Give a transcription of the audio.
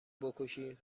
بکشی